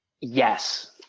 Yes